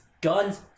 guns